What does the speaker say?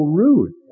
rude